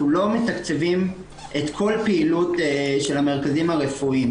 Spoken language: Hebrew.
אנחנו לא מתקצבים את כל פעילות המרכזים הרפואיים.